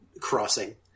crossing